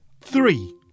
Three